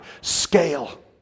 scale